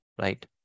right